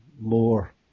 more